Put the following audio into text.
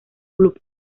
club